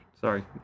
sorry